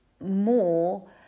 more